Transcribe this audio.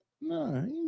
No